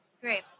Great